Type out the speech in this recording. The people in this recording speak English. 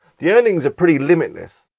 the earnings are pretty limitless,